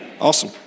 Awesome